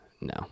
No